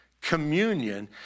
communion